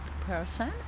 person